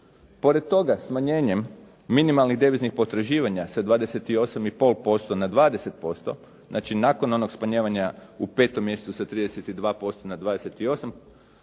Pored toga smanjenjem minimalnih deviznih potraživanja sa 28,5% na 20%, znači nakon onog smanjivanja u 5. mjesecu sa 32 na 28,5%